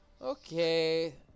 Okay